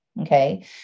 Okay